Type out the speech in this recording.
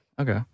Okay